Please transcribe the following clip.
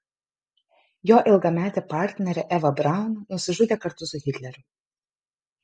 jo ilgametė partnerė eva braun nusižudė kartu su hitleriu